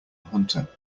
hunter